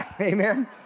Amen